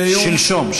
שלשום,